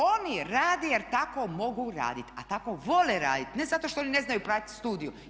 Oni rade jer tako mogu raditi, a tako vole radit ne zato što oni ne znaju platit studiju.